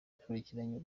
yakurikiranye